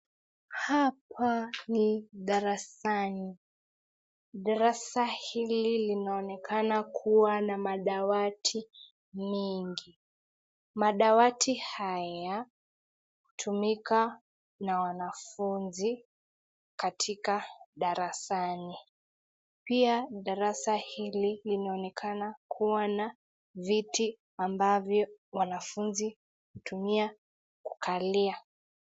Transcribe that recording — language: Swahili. Hapa ni darasani. Darasa hili linaonekana kuwa na madawati mingi. Madawati haya hutumika na wanafunzi katika darasani. Pia darasa hili linaonekana kuwa na viti ambavyo wanafunzi hutumia kukalia.